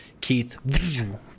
keith